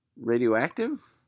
radioactive